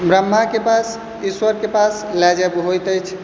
ब्रह्माक पास ईश्वरके पास लऽ जायब होइत अछि